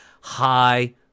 high